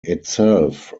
itself